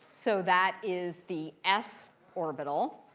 so that is the s orbital.